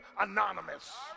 anonymous